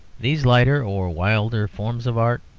these lighter or wilder forms of art,